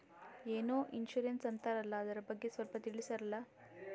ಏನೋ ಇನ್ಸೂರೆನ್ಸ್ ಅಂತಾರಲ್ಲ, ಅದರ ಬಗ್ಗೆ ಸ್ವಲ್ಪ ತಿಳಿಸರಲಾ?